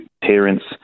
parents